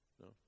No